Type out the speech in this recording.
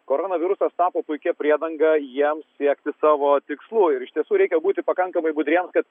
koronavirusas tapo puikia priedanga jiems siekti savo tikslų ir iš tiesų reikia būti pakankamai budriems kad